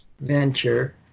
venture